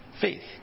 faith